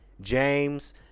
James